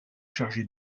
chargé